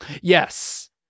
Yes